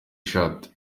ishati